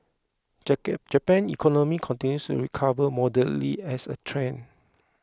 Japan's economy continues to recover moderately as a trend